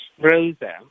Rosa